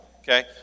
okay